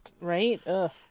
Right